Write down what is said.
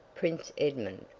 prince edmund.